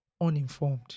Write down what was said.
uninformed